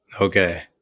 okay